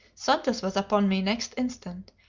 santos was upon me next instant,